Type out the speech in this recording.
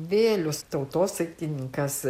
vėlius tautosakininkas